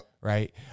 Right